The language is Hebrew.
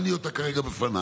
אין לי אותה כרגע בפניי,